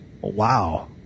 wow